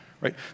Right